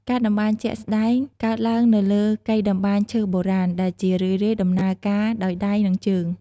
ការតម្បាញជាក់ស្តែងកើតឡើងនៅលើ កីតម្បាញឈើបុរាណ ដែលជារឿយៗដំណើរការដោយដៃ និងជើង។